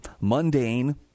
mundane